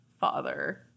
father